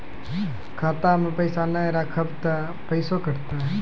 खाता मे पैसा ने रखब ते पैसों कटते?